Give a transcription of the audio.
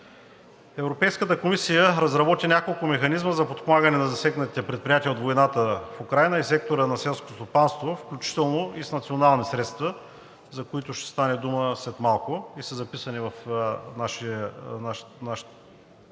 Европейската комисия разработи няколко механизма за подпомагане на засегнатите предприятия от войната в Украйна и сектора на селско стопанство, включително и с национални средства, за които ще стане дума след малко и са записани в нашето